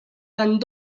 tant